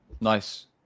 Nice